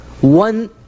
one